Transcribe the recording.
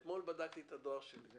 אתמול בדקתי את הדואר שלי.